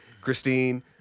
Christine